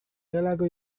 gelako